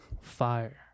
Fire